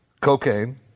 Cocaine